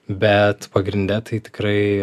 bet pagrinde tai tikrai